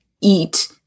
eat